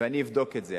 ואני אבדוק את זה.